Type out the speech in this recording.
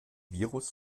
virus